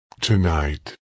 tonight